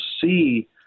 see